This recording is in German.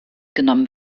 genommen